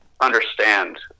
understand